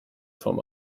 vom